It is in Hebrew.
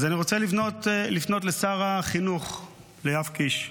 אז אני רוצה לפנות לשר החינוך יואב קיש: